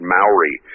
Maori